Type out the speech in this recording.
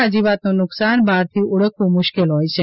આ જીવાતનું નુક્શાન બહારથી ઓળખવું મુશ્કેલ હોય છે